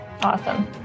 Awesome